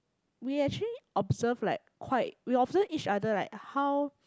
we actually observe like quite we observe each other like how